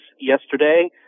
yesterday